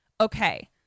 okay